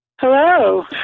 Hello